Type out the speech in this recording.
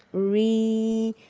re,